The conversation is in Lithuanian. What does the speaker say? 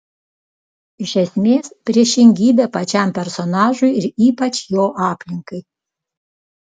iš esmės priešingybė pačiam personažui ir ypač jo aplinkai